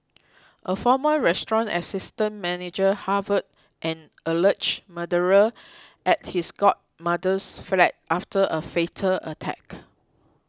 a former restaurant assistant manager harboured an alleged murderer at his godmother's flat after a fatal attack